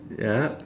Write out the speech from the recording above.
ya